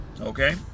okay